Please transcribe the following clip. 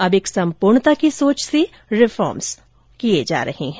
अब एक संपूर्णता की सोच से रिफॉर्म्स किए जा रहे हैं